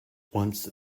once